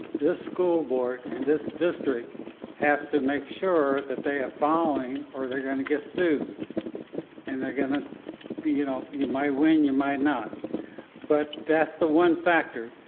this school board and this district has to make sure that they are following or they're gonna get sued and they're gonna you know, you might win, you might not but that's the one factor.